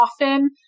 often